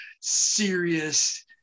serious